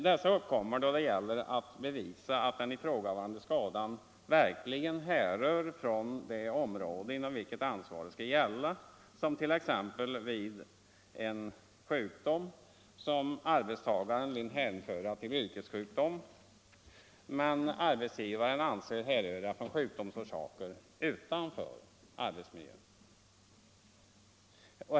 Dessa uppkommer då det gäller att bevisa att den ifrågavarande skadan verkligen hänför sig till det område inom vilket ansvaret skall gälla, t.ex. vid en sjukdom som arbetstagaren vill hänföra till yrkessjukdom men arbetsgivaren anser härröra från sjukdomsorsaker utanför arbetsmiljön.